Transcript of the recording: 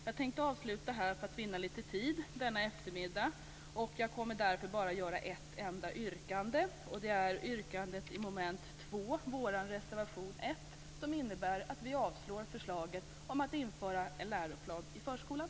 Jag har bara ett enda yrkande, nämligen yrkandet under mom. 2, dvs. vår reservation 1, som innebär att vi yrkar avslag på förslaget att införa en läroplan i förskolan.